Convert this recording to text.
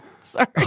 sorry